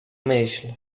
myśl